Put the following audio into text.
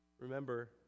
Remember